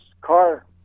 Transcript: car